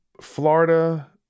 Florida